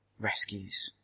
rescues